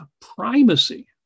primacy